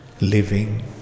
living